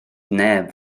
neb